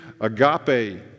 agape